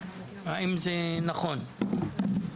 האם זה נכון?